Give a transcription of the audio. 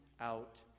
out